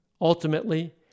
Ultimately